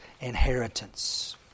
inheritance